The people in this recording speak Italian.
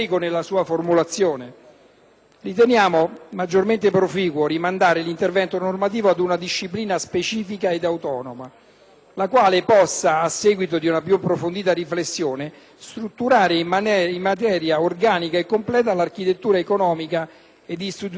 Riteniamo maggiormente proficuo rimandare l'intervento normativo ad una disciplina specifica ed autonoma la quale possa, a seguito di una più approfondita riflessione, strutturare in materia organica e completa l'architettura economica ed istituzionale di Roma capitale.